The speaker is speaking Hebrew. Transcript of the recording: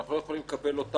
שאנחנו לא יכולים לקבל אותם.